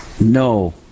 No